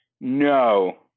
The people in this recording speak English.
No